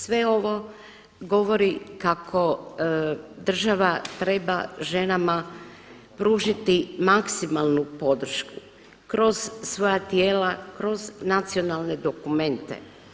Sve ovo govori kako država treba ženama pružiti maksimalnu podršku kroz svoja tijela, kroz nacionalne dokumente.